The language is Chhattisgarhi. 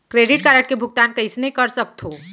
क्रेडिट कारड के भुगतान कइसने कर सकथो?